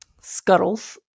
scuttles